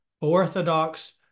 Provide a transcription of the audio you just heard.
orthodox